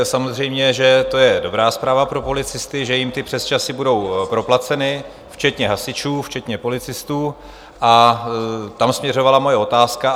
Samozřejmě že to je dobrá zpráva pro policisty, že jim ty přesčasy budou proplaceny, včetně hasičů, včetně policistů, a tam směřovala moje otázka.